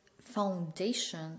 foundation